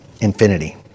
infinity